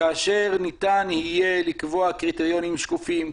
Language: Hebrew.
כאשר ניתן יהיה לקבוע קריטריונים שקופים,